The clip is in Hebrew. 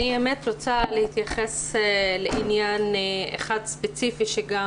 אני רוצה להתייחס לעניין אחד ספציפי שגם